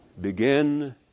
begin